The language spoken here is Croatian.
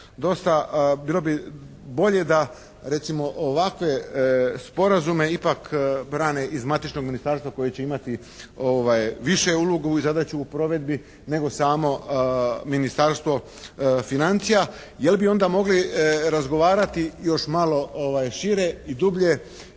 bilo bolje da recimo ovakve sporazume ipak brane iz matičnog ministarstva koje će imati višu ulogu u zadaći i provedbi nego samo Ministarstvo financija jer bi onda mogli razgovarati još malo šire i dublje